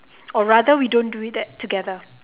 or rather we don't do it that together